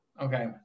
Okay